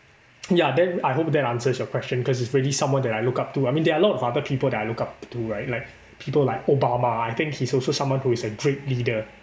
ya then I hope that answers your question cause he's really someone that I look up to I mean there are a lot of other people that I look up to right like people like obama I think he's also someone who is a great leader